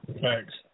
Thanks